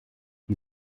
die